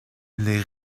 les